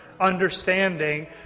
understanding